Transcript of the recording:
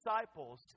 disciples